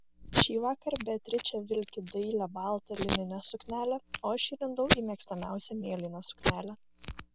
šįvakar beatričė vilki dailią baltą lininę suknelę o aš įlindau į mėgstamiausią mėlyną suknelę